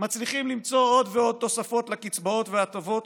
מצליחים למצוא עוד ועוד תוספות לקצבאות וההטבות